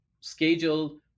schedule